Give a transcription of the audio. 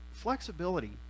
Flexibility